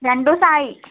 രണ്ട് ദിവസമായി